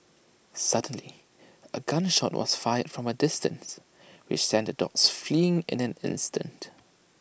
suddenly A gun shot was fired from A distance which sent the dogs fleeing in an instant